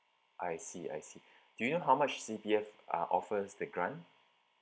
I see I see do you know how much C_P_F uh offers the grant